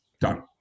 done